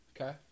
Okay